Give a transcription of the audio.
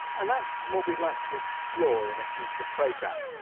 and that's what we'd like to explore in a future programme.